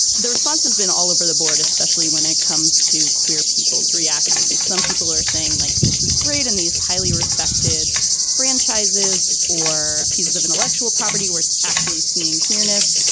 the response has been all over the board, especially when it comes to queer people's reactions. some people are saying like this is great in these highly respected franchises or pieces of intellectual property. we're so actually seeing queerness.